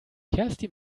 kerstin